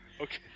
okay